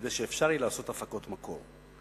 כדי שיהיה אפשר לעשות הפקות מקור.